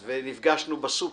אנחנו שכנים ונפגשנו בסופר,